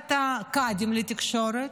ועדת קאדים לתקשורת,